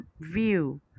view